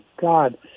God